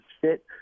fit